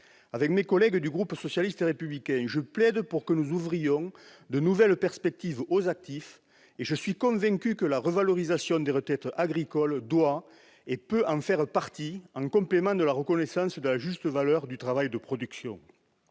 Avec mes collègues du groupe socialiste et républicain, je plaide pour que nous ouvrions de nouvelles perspectives aux actifs, et je suis convaincu que la revalorisation des retraites agricoles doit et peut en faire partie, en complément de la reconnaissance de la juste valeur du travail de production.